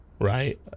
right